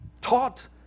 taught